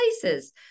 places